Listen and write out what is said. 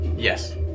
Yes